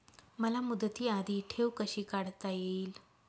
मला मुदती आधी ठेव कशी काढता येईल?